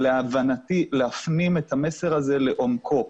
ולהבנתי להפנים את המסר הזה לעומקו,